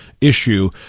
issue